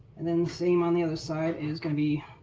and then, same on the other side is going to be